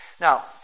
Now